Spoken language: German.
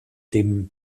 dem